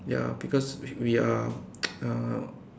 ya because we we are uh